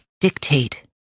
dictate